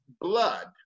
blood